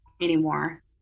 anymore